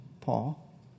Paul